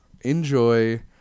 Enjoy